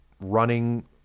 running